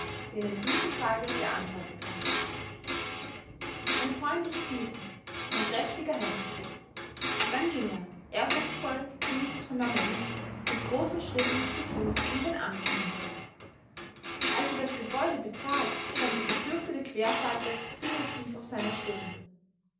ihnen diese frage beantworten kann ein freundliches nicken ein kräftiger händedruck dann ging er ehrfurchtsvoll gegrüßt von der menge mit großen schritten zu fuß in sein amt hinüber als er das gebäude betrat stand die gefürchtete querfalte fingertief auf seiner stirne